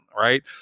right